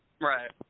Right